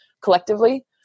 collectively